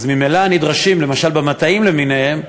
אז ממילא הם נדרשים, למשל במטעים למיניהם,